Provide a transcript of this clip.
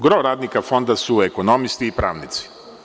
Gro radnika fonda su ekonomisti i pravnici.